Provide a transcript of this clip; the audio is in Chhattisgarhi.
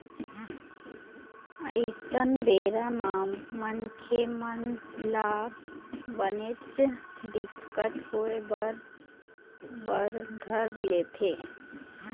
अइसन बेरा म मनखे मन ल बनेच दिक्कत होय बर धर लेथे